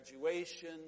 graduation